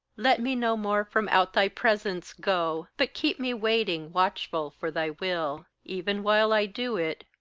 let me no more from out thy presence go, but keep me waiting watchful for thy will even while i do it,